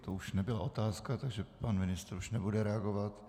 To nebyla otázka, takže pan ministr už nebude reagovat.